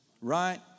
right